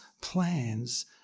plans